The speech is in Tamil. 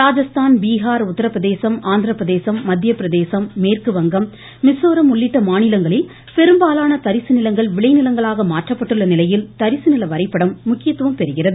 ராஜஸ்தான் பீகார் உத்தரப்பிரதேசம் அந்திரபிரதேசம் மத்திய பிரதேசம் மேற்குவங்கம் மீசோரம் உள்ளிட்ட மாநிலங்களில் பெரும்பாலான தரிசு நிலங்கள் விளைநிலங்களாக மாற்றப்பட்டுள்ள நிலையில் தரிசுநில வரைபடம் முக்கியத்துவம் பெறுகிறது